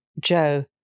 Joe